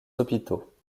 hôpitaux